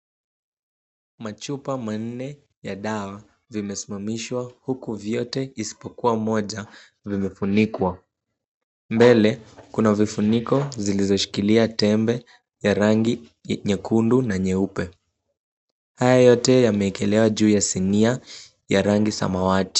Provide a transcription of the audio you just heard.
Machupa manne ya dawa zimesimamishwa huku vyote isipokuwa moja vimefunikwa. Mbele kuna vifuniko zilizoshikilia tembe ya rangi nyekundu na nyeupe. Haya yote yamewekelewa juu ya sinia ya rangi samawati.